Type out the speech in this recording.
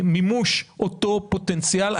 למימוש אותו פוטנציאל.